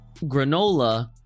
granola